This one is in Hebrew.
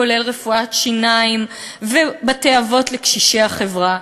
כולל רפואת שיניים ובתי-אבות לקשישי החברה,